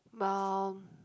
while